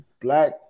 black